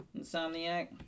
insomniac